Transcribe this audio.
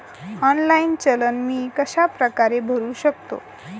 Online challan मी कशाप्रकारे भरु शकतो?